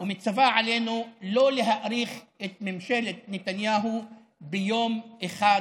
ומצווה עלינו לא להאריך את ממשלת נתניהו ביום אחד,